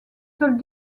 seuls